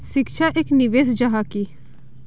शिक्षा एक निवेश जाहा की?